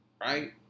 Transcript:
Right